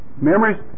Memories